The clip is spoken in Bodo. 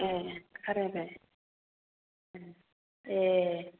ए खारायबाय ए